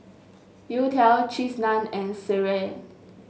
youtiao Cheese Naan and sireh